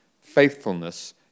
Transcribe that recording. faithfulness